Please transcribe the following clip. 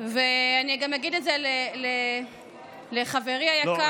ואני גם אגיד את זה לחברי היקר, לא.